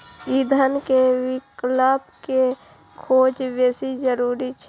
ईंधन के विकल्प के खोज बेसी जरूरी छै